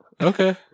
Okay